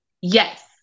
Yes